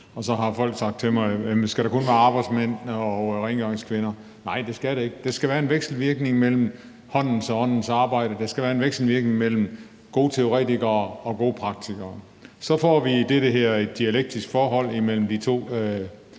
og så har folk spurgt mig, om der kun skal være arbejdsmænd og rengøringskvinder. Nej, det skal der ikke, for der skal være en vekselvirkning mellem håndens og åndens arbejde, og der skal være en vekselvirkning mellem gode teoretikere og gode praktikere, for så får vi det, der hedder et dialektisk forhold mellem de to